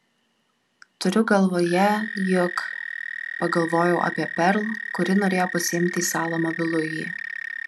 turiu galvoje juk pagalvojau apie perl kuri norėjo pasiimti į salą mobilųjį